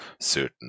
certain